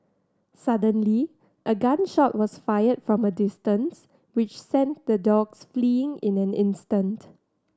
suddenly a gun shot was fired from a distance which sent the dogs fleeing in an instant